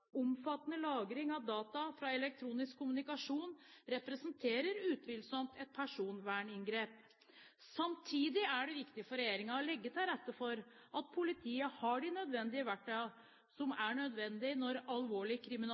Omfattende lagring av data fra elektronisk kommunikasjon representerer utvilsomt et personverninngrep. Samtidig er det viktig for regjeringen å legge til rette for at politiet har de verktøy som er nødvendige når alvorlig